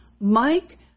Mike